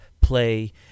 play